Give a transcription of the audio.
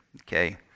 okay